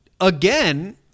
again